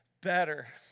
better